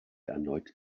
erneut